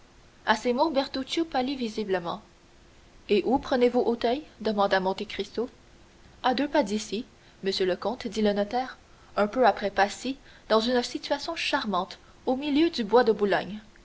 à ces mots bertuccio pâlit visiblement et où prenez-vous auteuil demanda monte cristo à deux pas d'ici monsieur le comte dit le notaire un peu après passy dans une situation charmante au milieu du bois de boulogne